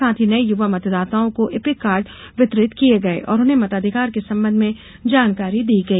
साथ ही नये युवा मतदाताओं को इपिक कार्ड वितरित किये गये और उन्हें मताधिकार के संबंध में जानकारी दी गई